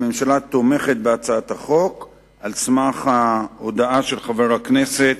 הממשלה תומכת בהצעת החוק על סמך ההודעה של חבר הכנסת